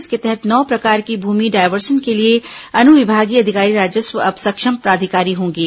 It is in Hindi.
इसके तहत नौ प्रकार की भूमि डायवर्सन के लिए अनुविभागीय अधिकारी राजस्व अब सक्षम प्राधिकारी होंगे